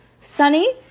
Sunny